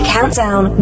Countdown